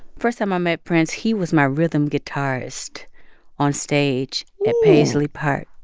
first time i met prince, he was my rhythm guitarist onstage at paisley park,